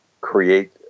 create